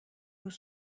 روز